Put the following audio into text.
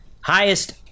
highest